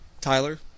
Tyler